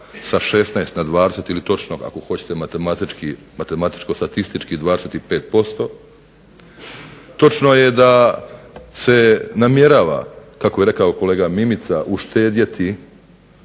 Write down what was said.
sa 16 na 20 ili točno ako hoćete matematičko statistički 25%, točno je da se namjerava kako je rekao kolega Mimica uštedjeti